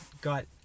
got